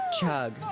Chug